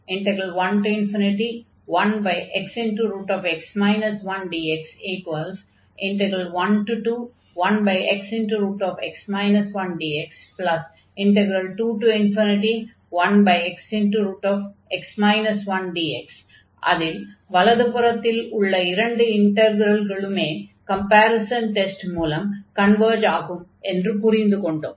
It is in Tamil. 11xx 1dx121xx 1dx21xx 1dx அதில் வலது புறத்தில் உள்ள இரண்டு இன்டக்ரல்களுமே கம்பேரிஸன் டெஸ்ட் மூலம் கன்வர்ஜ் ஆகும் என்று புரிந்து கொண்டோம்